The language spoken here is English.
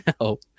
no